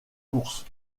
course